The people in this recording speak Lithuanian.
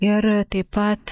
ir taip pat